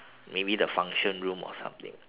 maybe the function room or something